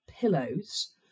pillows